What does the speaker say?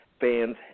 fans